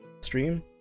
stream